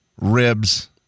ribs